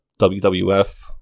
WWF